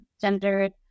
gendered